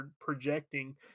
projecting